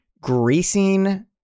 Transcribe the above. greasing